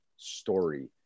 story